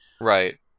Right